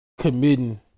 committing